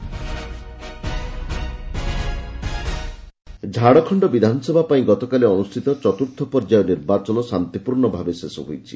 ରିଭ୍ ଝାଡ଼ଖଣ୍ଡ ପୋଲ ଝାଡ଼ଖଣ୍ଡ ବିଧାନସଭା ପାଇଁ ଗତକାଲି ଅନୁଷ୍ଠିତ ଚତୁର୍ଥ ପର୍ଯ୍ୟାୟ ନିର୍ବାଚନ ଶାନ୍ତିପୂର୍ଣ୍ଣ ଭାବେ ଶେଷ ହୋଇଛି